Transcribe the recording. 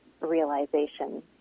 realization